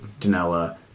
Danella